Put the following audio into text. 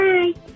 Bye